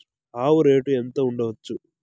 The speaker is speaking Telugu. ఆవు రేటు ఎంత ఉండచ్చు?